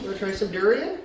try some durian?